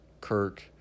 Kirk